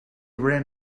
ran